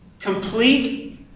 complete